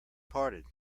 parted